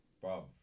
Bro